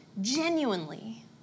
genuinely